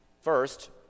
First